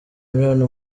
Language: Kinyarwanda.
miliyoni